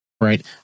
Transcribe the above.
right